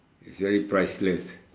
is very priceless